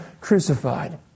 crucified